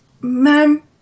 Ma'am